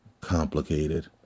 complicated